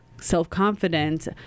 self-confidence